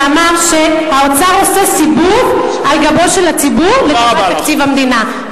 כשאמר שהאוצר עושה סיבוב על גבו של הציבור לקראת תקציב המדינה.